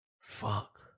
Fuck